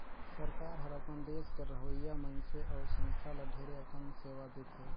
सरकार हर अपन देस कर रहोइया मइनसे अउ संस्था ल ढेरे अकन सेवा देथे